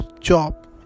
job